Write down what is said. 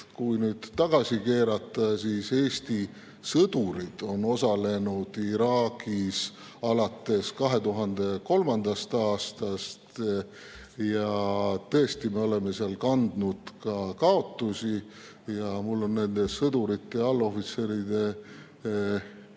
Kui nüüd tagasi keerata, siis Eesti sõdurid on osalenud Iraagis alates 2003. aastast. Tõesti, me oleme seal kandnud ka kaotusi ja mul on nende sõdurite ja allohvitseride